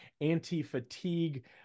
anti-fatigue